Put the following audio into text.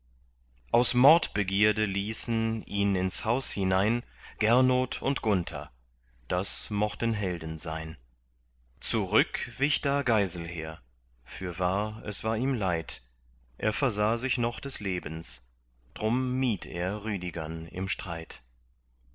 aus mordbegierde ließen ihn ins haus hinein gernot und gunther das mochten helden sein zurück wich da geiselher fürwahr es war ihm leid er versah sich noch des lebens drum mied er rüdigern im streit